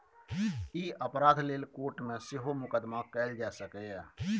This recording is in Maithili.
ई अपराध लेल कोर्ट मे सेहो मुकदमा कएल जा सकैए